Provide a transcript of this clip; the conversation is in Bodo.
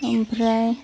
ओमफ्राय